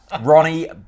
Ronnie